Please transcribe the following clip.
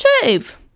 shave